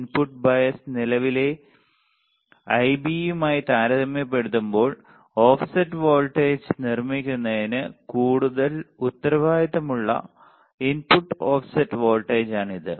input bias നിലവിലെ Ibയുമായി താരതമ്യപ്പെടുത്തുമ്പോൾ ഓഫ്സെറ്റ് വോൾട്ടേജ് നിർമ്മിക്കുന്നതിന് കൂടുതൽ ഉത്തരവാദിത്തമുള്ള ഇൻപുട്ട് ഓഫ്സെറ്റ് വോൾട്ടേജാണ് ഇത്